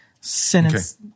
sentence